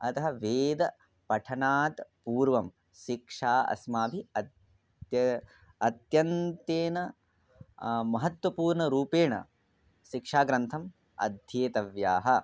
अतः वेदपठनात् पूर्वं शिक्षा अस्माभिः अध्ये अत्यन्तेन महत्वपूर्णरूपेण शिक्षाग्रन्थम् अध्येतव्यम्